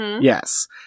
Yes